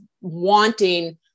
wanting